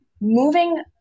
moving